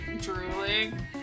drooling